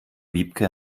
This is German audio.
wiebke